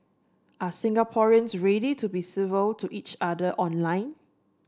are Singaporeans ready to be civil to each other online